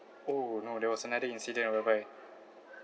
oh no there was another incident whereby